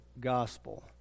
gospel